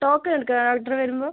token എടുക്കണോ ഡോക്ടറെ വരുമ്പം